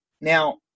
Now